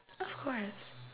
of course